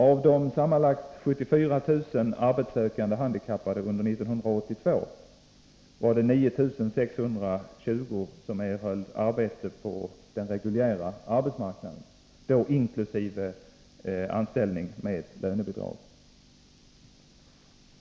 Av de sammanlagt 74 000 arbetssökande arbetshandikappade under 1982 erhöll 9 620 arbete på den reguljära arbetsmarknaden, inkl. dem som erhöll anställning med lönebidrag.